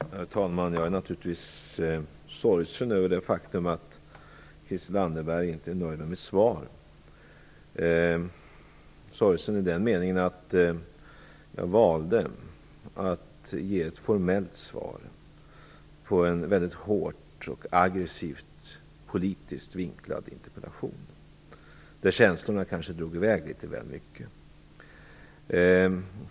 Herr talman! Jag är naturligtvis sorgsen över det faktum att Christel Anderberg inte är nöjd med mitt svar. Jag är sorgsen i den meningen att jag valde att ge ett formellt svar på en väldigt hårt och aggressivt politiskt vinklad interpellation, där känslorna kanske drog i väg litet väl mycket.